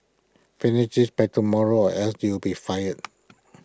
finish this by tomorrow or else you'll be fired